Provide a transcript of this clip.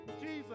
Jesus